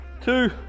two